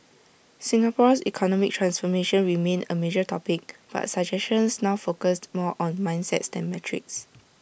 Singapore's economic transformation remained A major topic but suggestions now focused more on mindsets than metrics